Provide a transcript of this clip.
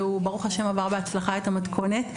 וברוך ה' עבר בהצלחה את המתכונת.